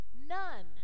none